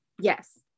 yes